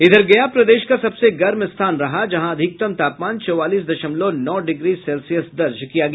इधर गया प्रदेश का सबसे गर्म स्थान रहा जहां अधिकतम तापमान चौवालीस दशमलव नौ डिग्री सेल्सियस दर्ज किया गया